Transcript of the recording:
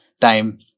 time